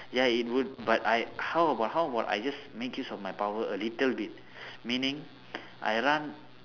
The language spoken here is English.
ya it would but I how about how about I just make use of my power a little bit meaning I run